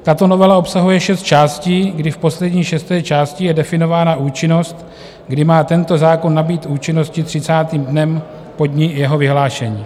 Tato novela obsahuje šest částí, kdy v poslední, šesté části je definována účinnost, kdy má tento zákon nabýt účinnosti 30. dnem po dni jeho vyhlášení.